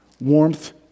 warmth